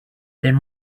then